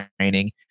training